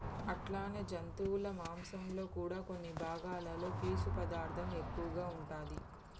అట్లనే జంతువుల మాంసంలో కూడా కొన్ని భాగాలలో పీసు పదార్థం ఎక్కువగా ఉంటాది